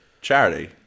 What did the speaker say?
charity